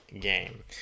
game